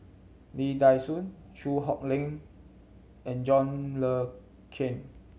Lee Dai Soh Chew Hock Leong and John Le Cain